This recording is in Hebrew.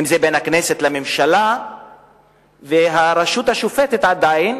אם בין הכנסת לממשלה והרשות השופטת, עדיין,